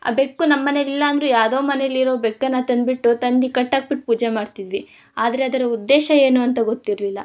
ಆ ಬೆಕ್ಕು ನಮ್ಮ ಮನೇಲಿ ಇಲ್ಲ ಅಂದರು ಯಾವ್ದೋ ಮನೇಲಿರೋ ಬೆಕ್ಕನ್ನು ತಂದುಬಿಟ್ಟು ತಂದು ಕಟ್ಟಿ ಹಾಕ್ಬಿಟ್ಟು ಪೂಜೆ ಮಾಡ್ತಿದ್ವಿ ಆದರೆ ಅದರ ಉದ್ದೇಶ ಏನು ಅಂತ ಗೊತ್ತಿರಲಿಲ್ಲ